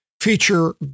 feature